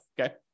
Okay